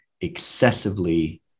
excessively